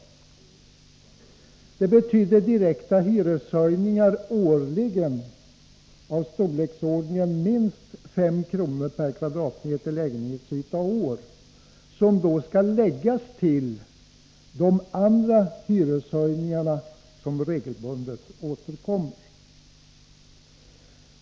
Det betyder direkta hyreshöjningar årligen på minst 5 kr. per kvadratmeter lägenhetsyta och år, som då skall läggas till de andra hyreshöjningarna som regelbundet återkommer.